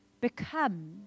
Become